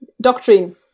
doctrine